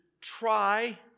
try